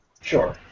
Sure